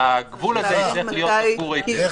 והגבול הזה יצטרך להיות תפור היטב.